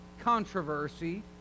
controversy